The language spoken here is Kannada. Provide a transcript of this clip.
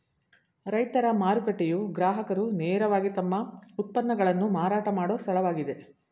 ರೈತರ ಮಾರುಕಟ್ಟೆಯು ಗ್ರಾಹಕರು ನೇರವಾಗಿ ತಮ್ಮ ಉತ್ಪನ್ನಗಳನ್ನು ಮಾರಾಟ ಮಾಡೋ ಸ್ಥಳವಾಗಿದೆ